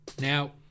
Now